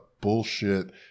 bullshit